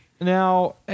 Now